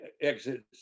exits